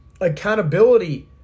Accountability